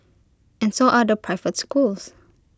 and so are the private schools